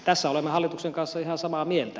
tästä olemme hallituksen kanssa ihan samaa mieltä